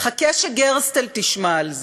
חכה שגרסטל תשמע על זה.